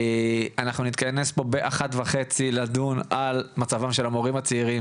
אנחנו נתכנס פה באחת עשרה וחצי לדון על מצבם של המורים הצעירים,